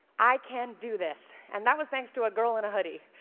i can do this. and that was thanks to a girl in a hoodie.